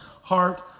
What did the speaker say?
heart